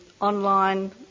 online